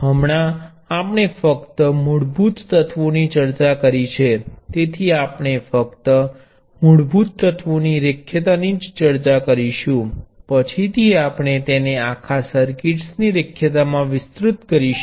હમણાં આપણે ફક્ત મૂળભૂત એલિમેન્ટોની ચર્ચા કરી છે તેથી આપણે ફક્ત મૂળભૂત એલિમેન્ટોની રેખીયતાની ચર્ચા કરીશું પછીથી આપણે તેને આખા સર્કિટ્સની રેખીયતામાં વિસ્તૃત કરીશું